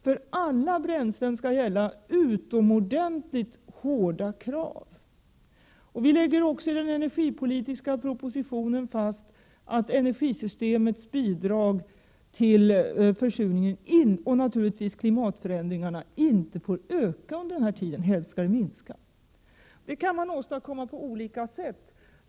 För alla bränslen skall gälla utomordentligt hårda krav. Vi lägger också i den energipolitiska propositionen fast att energisystemets bidrag till försurningen och klimatförändringarna inte får öka under den här tiden utan helst skall minska. Det kan åstadkommas på olika sätt.